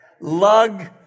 Lug